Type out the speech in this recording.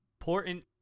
important